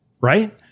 Right